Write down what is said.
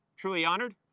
truly honored.